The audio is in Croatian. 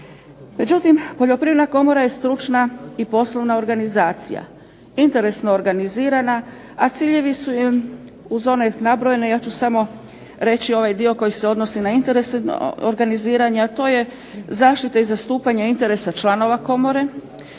Međutim, Poljoprivredna komora je stručna i poslovna organizacija, interesno organizirana, a ciljevi su im uz one nabrojene ja ću samo reći ovaj dio koji se odnosi na interese organiziranja, a to je zaštite i zastupanja interesa članova komore